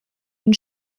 ihn